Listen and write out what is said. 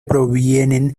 provienen